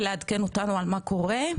ולעדכן אותנו על מה קורה.